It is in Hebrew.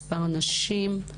מספר שנים,